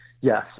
yes